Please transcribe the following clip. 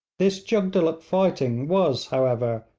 this jugdulluk fighting was, however,